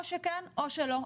או שכן או שלא,